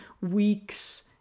weeks